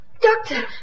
Doctor